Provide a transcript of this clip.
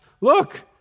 Look